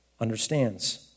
understands